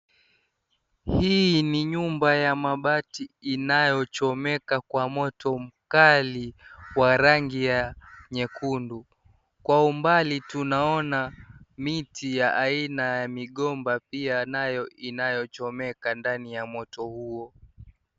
Hii ni nyumba ya mabati inayochomeka kwa moto mkali wa rangi ya nyekundu, kwa umbali tunaona miti ya aina ya migomba pia inayochomeka ndani ya moto huo.